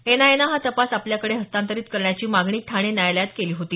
एनआयएनं हा तपास आपल्याकडे हस्तांतरीत करण्याची मागणी ठाणे न्यायालयात केली होती